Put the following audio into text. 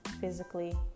physically